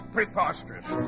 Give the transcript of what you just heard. Preposterous